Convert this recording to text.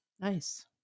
Nice